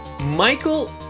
Michael